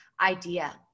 idea